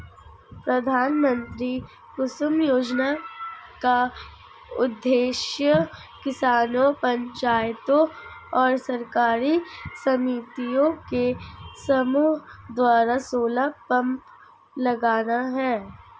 प्रधानमंत्री कुसुम योजना का उद्देश्य किसानों पंचायतों और सरकारी समितियों के समूह द्वारा सोलर पंप लगाना है